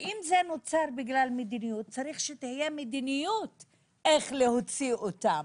אם זה נוצר בגלל מדיניות צריך שתהיה מדיניות איך להוציא אותם.